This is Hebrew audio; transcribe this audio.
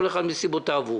כל אחד מסיבותיו הוא.